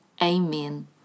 amen